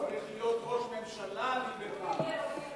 הוא צריך להיות ראש ממשלה, ליברמן.